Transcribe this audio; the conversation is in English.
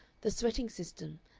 the sweating system,